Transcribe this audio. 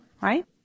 right